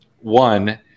one